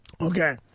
Okay